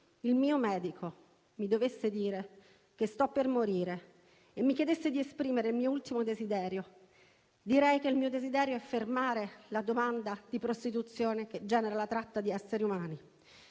il mio medico mi dovesse dire che sto per morire e mi chiedesse di esprimere un ultimo desiderio, direi che il mio desiderio è fermare la domanda di prostituzione che genera la tratta di esseri umani.